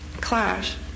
clash